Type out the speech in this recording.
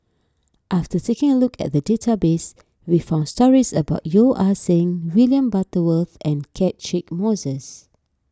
after taking a look at the database we found stories about Yeo Ah Seng William Butterworth and Catchick Moses